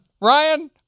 Ryan